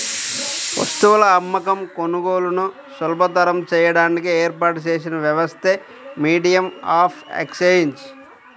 వస్తువుల అమ్మకం, కొనుగోలులను సులభతరం చేయడానికి ఏర్పాటు చేసిన వ్యవస్థే మీడియం ఆఫ్ ఎక్సేంజ్